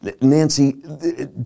Nancy